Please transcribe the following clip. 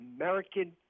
American